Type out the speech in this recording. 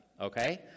okay